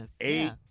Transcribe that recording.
eight